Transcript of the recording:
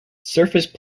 surface